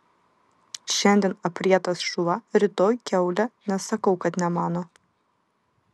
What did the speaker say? šiandien aprietas šuva rytoj kiaulė nesakau kad ne mano